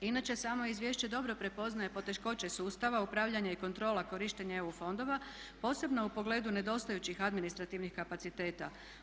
Inače samo izvješće dobro prepoznaje poteškoće sustava, upravljanja i kontrola korištenja EU fondova posebno u pogledu nedostajućih administrativnih kapaciteta.